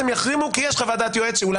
הם יחרימו כי יש חוות דעת יועץ שאולי